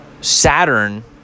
Saturn